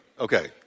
Okay